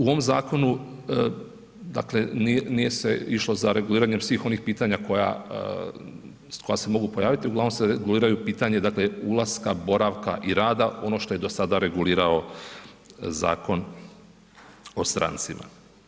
U ovom zakonu, dakle nije se išlo za reguliranjem svih onih pitanja koja se, koja se mogu pojaviti uglavnom se reguliraju pitanja dakle ulaska, boravka i rada, ono što je do sada regulirao Zakon o strancima.